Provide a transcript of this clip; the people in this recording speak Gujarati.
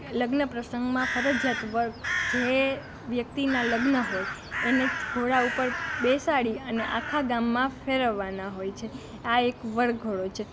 લગ્ન પ્રસંગમાં ફરજિયાત વર જે વ્યક્તિનાં લગ્ન હોય એને જ ઘોડા ઉપર બેસાડી અને આખાં ગામમાં ફેરવવાના હોય છે આ એક વરઘોડો છે